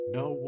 no